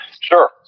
Sure